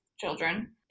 children